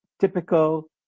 typical